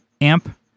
amp